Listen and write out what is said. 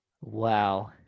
Wow